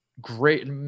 great